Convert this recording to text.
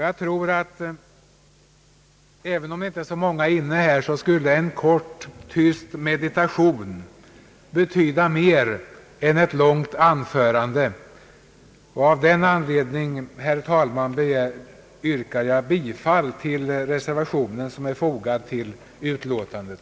Jag tror att — även om inte så många är närvarande i kammaren — en tyst, kort meditation betyder mer än ett långt anförande. Av den anledningen, herr talman, ber jag att endast få yrka bifall till den reservation som är fogad till utlåtandet.